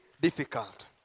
difficult